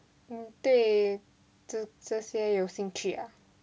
你对这这些有兴趣啊